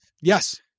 Yes